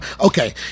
Okay